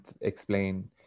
explain